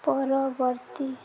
ପରବର୍ତ୍ତୀ